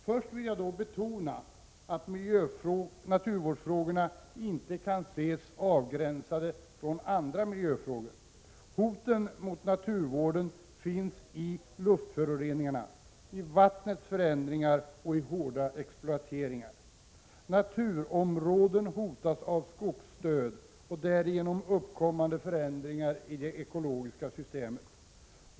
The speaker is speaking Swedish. Först vill jag då betona att naturvårdsfrågorna inte kan ses avgränsade från andra miljöfrågor. Hoten mot naturvården finns i luftföroreningarna, i vattnets förändringar och i hårda exploateringar. Naturområden hotas av skogsdöd och därigenom uppkommande förändringar i det ekologiska systemet.